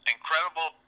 incredible